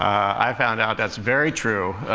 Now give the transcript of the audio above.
i found out that's very true,